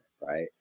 right